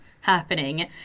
happening